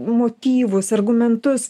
motyvus argumentus